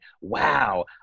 wow